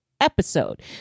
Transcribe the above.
episode